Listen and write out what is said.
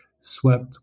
swept